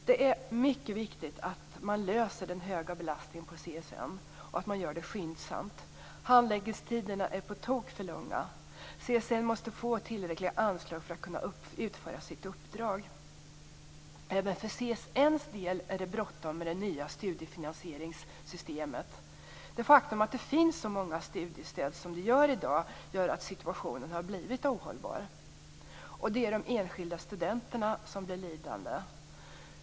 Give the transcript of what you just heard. Det är mycket viktigt att vi löser problemet med den höga belastningen på CSN, och det bör göras skyndsamt. Handläggningstiderna är på tok för långa. CSN måste få tillräckliga anslag för att kunna utföra sitt uppdrag. Även för CSN:s del är det bråttom med det nya studiefinansieringssystemet. Det faktum att det finns så många slags studiestöd i dag har gjort att situationen har blivit ohållbar. Det är de enskilda studenterna som blir lidande.